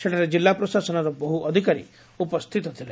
ସେଠାରେ ଜିଲ୍ଲା ପ୍ରଶାସନର ବହୁ ଅଧିକାରୀ ଉପସ୍ରିତ ଥିଲେ